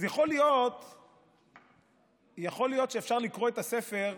אז יכול להיות שאפשר לקרוא את הספר,